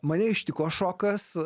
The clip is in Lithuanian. mane ištiko šokas